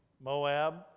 Moab